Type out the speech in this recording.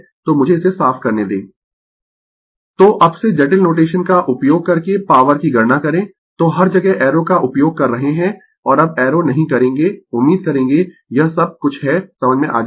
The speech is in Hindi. Refer Slide Time 2006 तो अब से जटिल नोटेशन का उपयोग करके पॉवर की गणना करें तो हर जगह एरो का उपयोग कर रहे है और अब एरो नहीं करेंगें उम्मीद करेंगें यह सब कुछ है समझ में आ जाएगा